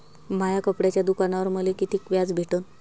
माया कपड्याच्या दुकानावर मले कितीक व्याज भेटन?